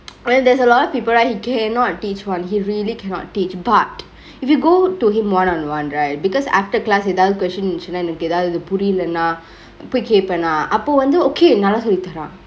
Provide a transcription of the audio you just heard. when there's a lot of people right he cannot teach one he really cannot teach but if you go to him one on one right because after class எதாவது:ethaavathu question இருந்துச்சினா எதாவது புரியிலனா போய் கேப்பனா அப்ப வந்து:irunthuchinaa ethaavathu puriyalanaa poi keppanaa appe vanthu okay நல்லா சொல்லிதரா:nalla sollitharaa